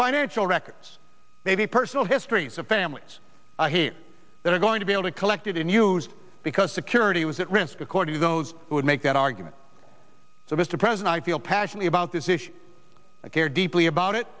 financial records maybe personal histories of families that are going to be able to collect it and used because security was at risk according to those who would make that argument so mr president i feel passionately about this issue i care deeply about it